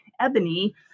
Ebony